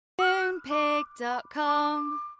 Moonpig.com